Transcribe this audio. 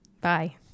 Bye